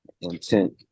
intent